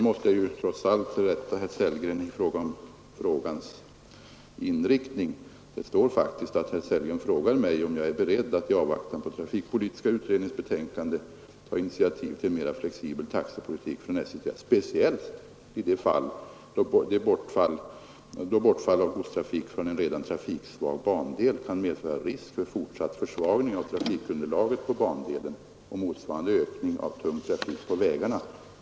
Trots allt måste jag rätta herr Sellgren när det gäller frågans inriktning. Det står faktiskt att herr Sellgren frågar mig, om jag är ”beredd att i avvaktan på trafikpolitiska utredningens betänkande ta initiativ till en mera flexibel taxepolitik från SJ:s sida, speciellt i de fall då bortfall av godstrafik från en redan trafiksvag bandel kan medföra risk för fortsatt försvagning av trafikunderlaget på bandelen och motsvarande ökning av tung trafik på vägarna”.